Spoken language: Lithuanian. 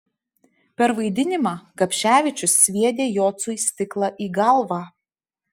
per vaidinimą gapševičius sviedė jocui stiklą į galvą